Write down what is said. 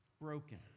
Broken